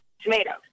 tomatoes